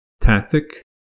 tactic